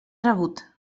rebut